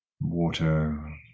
water